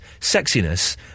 sexiness